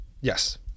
Yes